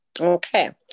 Okay